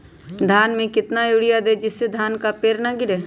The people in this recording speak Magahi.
धान में कितना यूरिया दे जिससे धान का पेड़ ना गिरे?